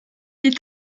est